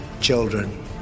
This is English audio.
children